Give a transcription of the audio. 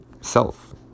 self